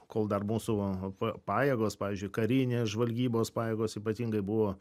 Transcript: kol dar mūsų pajėgos pavyzdžiui karinės žvalgybos pajėgos ypatingai buvo